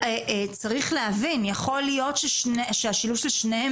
צריך להבין יכול להיות שהשילוב של שניהם